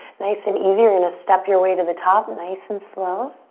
nice and easy you're gonna step your way to the top, nice and slow.